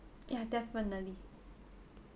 yeah definitely